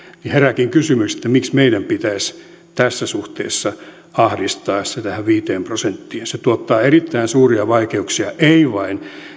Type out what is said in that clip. herääkin kysymys että miksi meidän pitäisi tässä suhteessa ahdistaa se tähän viiteen prosenttiin se tuottaa erittäin suuria vaikeuksia ei vain